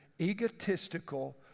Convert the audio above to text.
Egotistical